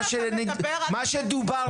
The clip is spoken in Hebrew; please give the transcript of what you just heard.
מה שדובר כאן ייחקר.